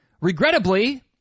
regrettably